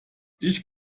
ich